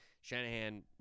Shanahan